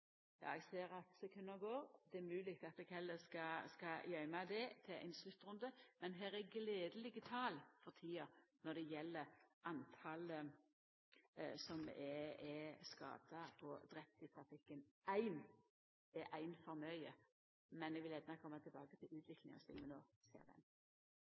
ja, eg ser at sekunda går, det er mogleg at eg heller skal gøyma det til ein sluttrunde. Men her er gledelige tal for tida når det gjeld talet på skadde og drepne i trafikken. Éin er ein for mykje. Men eg vil gjerne koma tilbake til